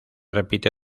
repite